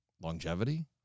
longevity